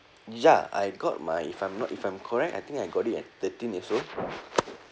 ya I got my if I'm not if I'm correct I think I got it at thirteen years old